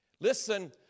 Listen